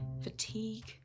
fatigue